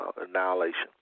annihilation